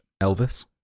Elvis